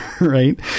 right